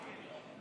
נגד בנימין